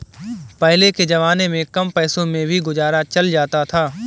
पहले के जमाने में कम पैसों में भी गुजारा चल जाता था